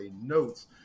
notes